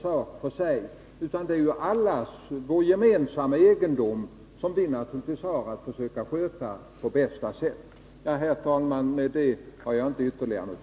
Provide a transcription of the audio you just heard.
Vi måste försöka sköta vår gemensamma egendom på bästa sätt.